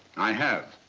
i have.